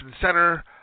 Center